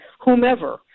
whomever